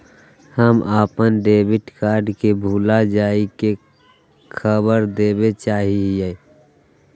हम अप्पन debit card के भुला जाये के खबर देवे चाहे हियो